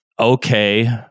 Okay